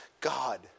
God